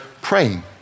praying